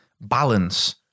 balance